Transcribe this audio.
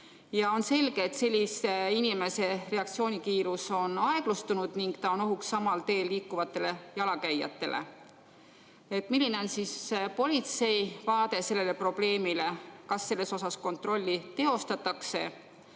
On selge, et sellise inimese reaktsioonikiirus on aeglustunud ning ta on ohuks samal teel liikuvatele jalakäijatele. Milline on politsei vaade sellele probleemile? Kas selle üle kontrolli teostatakse